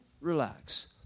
relax